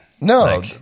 No